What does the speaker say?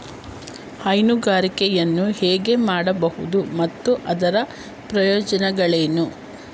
ಹೈನುಗಾರಿಕೆಯನ್ನು ಹೇಗೆ ಮಾಡಬಹುದು ಮತ್ತು ಅದರ ಪ್ರಯೋಜನಗಳೇನು?